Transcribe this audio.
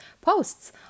posts